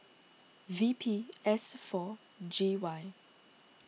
V P S four G Y